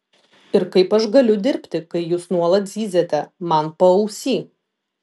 ir kaip aš galiu dirbti kai jūs nuolat zyziate man paausy